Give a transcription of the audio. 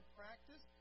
practice